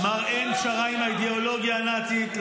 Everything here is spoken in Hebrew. ואמר: אין פשרה עם האידיאולוגיה הנאצית,